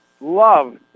love